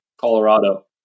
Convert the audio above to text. Colorado